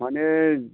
माने